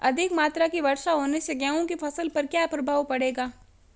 अधिक मात्रा की वर्षा होने से गेहूँ की फसल पर क्या प्रभाव पड़ेगा?